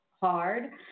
hard